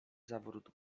zawrót